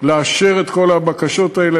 לאשר את כל הבקשות האלה.